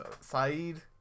Saeed